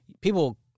People